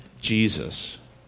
Jesus